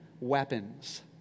weapons